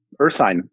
ursine